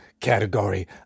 category